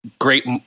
great